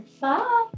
Bye